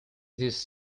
this